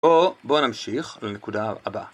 או בוא נמשיך לנקודה הבאה